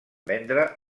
vendre